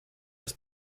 das